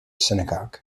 synagogue